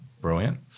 brilliant